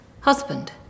husband